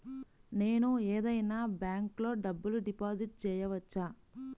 నేను ఏదైనా బ్యాంక్లో డబ్బు డిపాజిట్ చేయవచ్చా?